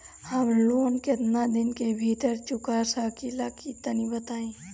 हम लोन केतना दिन के भीतर चुका सकिला तनि बताईं?